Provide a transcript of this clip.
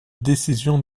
décision